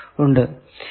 ഉണ്ട്